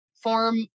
form